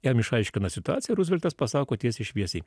jam išaiškina situaciją ruzveltas pasako tiesiai šviesiai